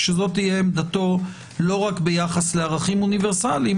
שזאת תהיה עמדתו לא רק ביחס לערכים אוניברסליים,